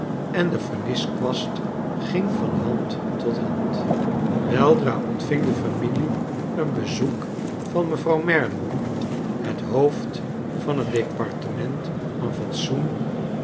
en de verniskwast ging van hand tot hand weldra ontving de familie een bezoek van mevrouw merdle het hoofd van het departement van fatsoon